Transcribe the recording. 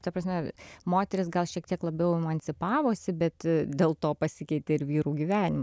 ta prasme moterys gal šiek tiek labiau emancipavosi bet dėl to pasikeitė ir vyrų gyvenimai